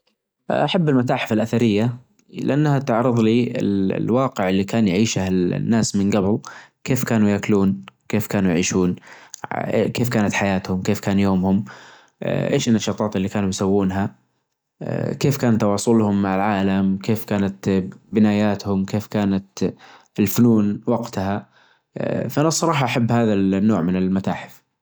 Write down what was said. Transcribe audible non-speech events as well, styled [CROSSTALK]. أحب الفيفا لأن فيها تحدي خاصة فى الأونلاين أتعرف على ناس چديدة وكدا تتحداهم يتحدونك مره تنهزم مرة ت-ت-تربح، تحط خطط تحط استراتيچية تشترى لاعب تبيع لاعب، يعنى شو الچو الصراحة تحس أنك يعنى أنت المتحكم في الموضوع، [HESITATION] بس لهذا السبب أحب الفيفا، وما أحب البيس الصراحة أحس أنها سيمبل كدا ما فيها أى تحديات.